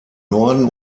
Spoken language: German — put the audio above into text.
norden